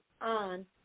on